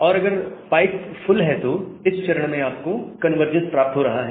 और अगर pipe full है तो इस चरण में आपको कन्वर्जंस प्राप्त हो रहा है